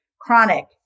chronic